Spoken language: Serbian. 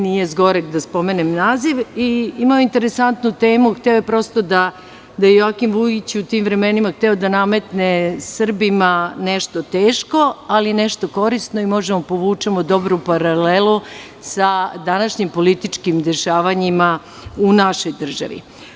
Nije zgoreg da pomene naziv i interesantnu temu, hteo je prosto da Joakim Vujić u tim vremenima nametne Srbima nešto teško, ali nešto korisno i možemo da povučemo dobru paralelu sa današnjim političkim dešavanjima u našoj državi.